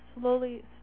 slowly